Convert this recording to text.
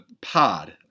pod